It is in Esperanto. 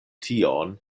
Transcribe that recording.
tion